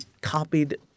copied